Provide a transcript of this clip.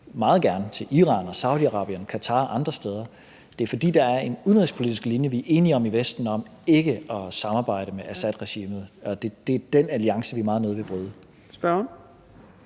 meget gerne til Iran, Saudi-Arabien, Qatar og andre steder. Det er, fordi der er en udenrigspolitisk linje, som vi er enige om i Vesten, om ikke at samarbejde med Assadregimet, og det er den alliance, vi meget nødig vil bryde.